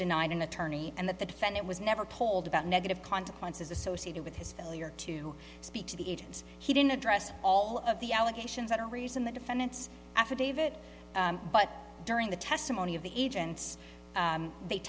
denied an attorney and that the defendant was never told about negative consequences associated with his failure to speak to the agents he didn't address all of the allegations that a reason the defendant's affidavit but during the testimony of the agents they